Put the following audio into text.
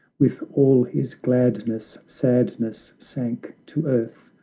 with all his gladness, sadness, sank to earth,